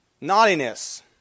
Naughtiness